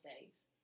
days